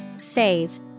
Save